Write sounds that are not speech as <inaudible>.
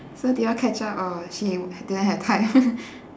so did you all catch up or shame didn't have time <laughs>